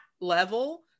level